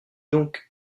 donc